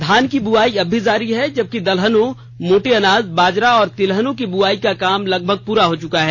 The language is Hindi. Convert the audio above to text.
धान की बुआई अब भी जारी है जबकि दलहनों मोटे अनाज बाजरा और तिलहनों की बुआई का काम लगभग पूरा हो चुका है